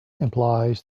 implies